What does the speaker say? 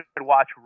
watch